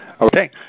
Okay